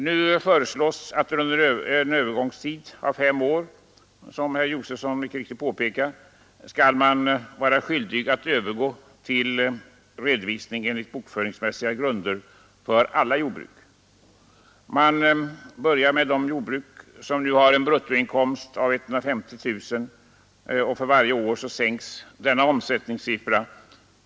Nu föreslås, som herr Josefson i Arrie också påpekade, att man under en överångstid av fem år skall vara skyldig att övergå till redovisning enligt bokföringsmässiga grunder för alla jordbruk. Man börjar med de jordbruk som nu har en bruttoinkomst av 150 000 kronor, och för varje år sänks omsättningsgränsen.